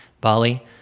Bali